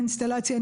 אינסטלציה,